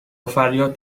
فریاد